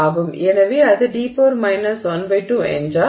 எனவே அது d 12 என்றால்